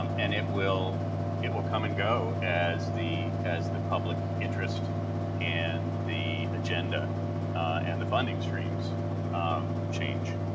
um and it will it will come and go as the as the public interest and the agenda and the funding streams um change.